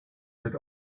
that